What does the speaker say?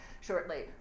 shortly